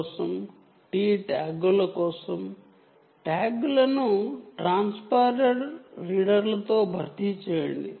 T ట్యాగ్లను రీడర్లను ఈ రెండు పేర్లతో భర్తీ చేయండి